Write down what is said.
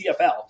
CFL